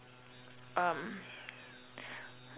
um